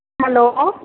hello